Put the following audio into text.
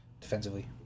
defensively